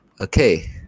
okay